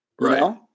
Right